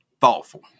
thoughtful